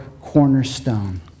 cornerstone